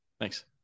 thanks